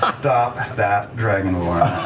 stop that dragonborn.